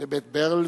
ב"בית-ברל"